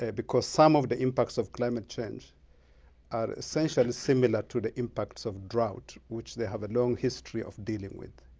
ah because some of the impacts of climate change are essentially similar to the impacts of drought, which they have a long history of dealing with.